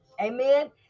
amen